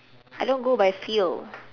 I don't go by feel